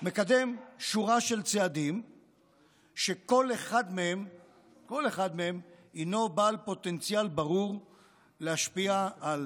מקדם שורה של צעדים שכל אחד מהם הינו בעל פוטנציאל ברור להשפיע על